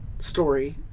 story